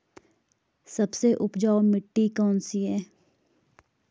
सबसे उपजाऊ मिट्टी कौन सी है?